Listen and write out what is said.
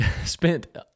spent